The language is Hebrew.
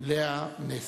לאה נס.